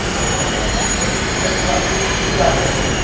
হয় এতিয়া ধৰি লওক আপুনি এতিয়া আছে ক'ত